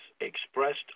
expressed